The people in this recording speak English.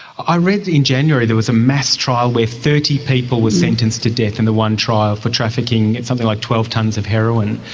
i read in january there was a mass trial where thirty people were sentenced to death in the one trial for trafficking something like twelve tonnes of heroin.